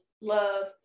love